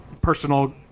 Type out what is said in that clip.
personal